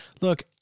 look